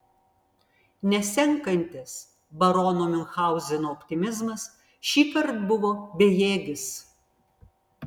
nesenkantis barono miunchauzeno optimizmas šįkart buvo bejėgis